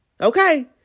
Okay